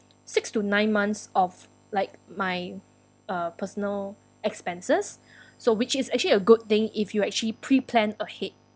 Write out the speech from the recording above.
six to nine months of like my uh personal expenses so which is actually a good thing if you actually pre plan ahead